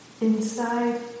inside